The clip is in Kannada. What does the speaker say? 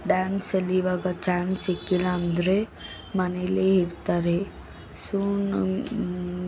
ಡ್ಯಾನ್ಸಲ್ಲಿ ಇವಾಗ ಚಾನ್ಸ್ ಸಿಕ್ಕಿಲ್ಲಾಂದ್ರೆ ಮನೇಲೆ ಇರ್ತಾರೆ ಸೊ ನಂ